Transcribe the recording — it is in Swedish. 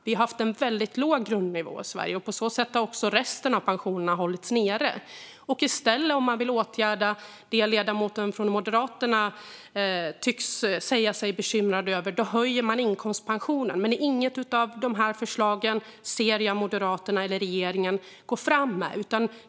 Vi har haft en väldigt låg grundnivå i Sverige, och på så sätt har också resten av pensionerna hållits nere. Om man vill komma till rätta med det som ledamoten från Moderaterna säger sig vara bekymrad över höjer man inkomstpensionen. Men jag ser inte Moderaterna eller regeringen gå fram med ett sådant förslag.